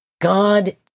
God